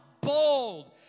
bold